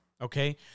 Okay